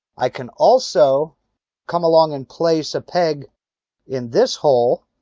i can also come along and place a peg in this hole.